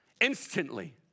instantly